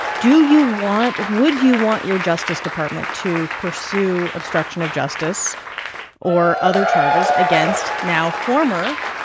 do you want would you want your justice department to pursue obstruction of justice or other charges against now former,